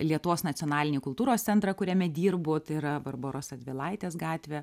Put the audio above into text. lietuvos nacionalinį kultūros centrą kuriame dirbu tai yra barboros radvilaitės gatvė